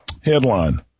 Headline